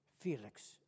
Felix